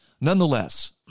Nonetheless